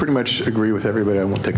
pretty much agree with everybody i want to